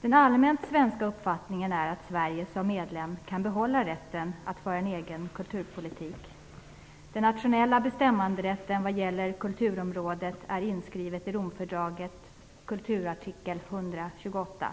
Den allmänna svenska uppfattningen är att Sverige som medlem kan behålla rätten att föra en egen kulturpolitik. Den nationella bestämmanderätten vad gäller kulturområdet är inskriven i Romfördragets kulturartikel 128.